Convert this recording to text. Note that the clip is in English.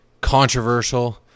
controversial